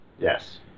yes